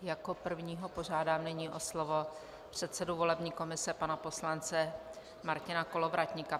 Jako prvního požádám nyní o slovo předsedu volební komise pana poslance Martina Kolovratníka.